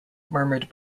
murmured